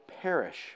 perish